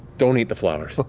don't eat the flowers.